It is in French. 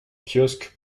kiosque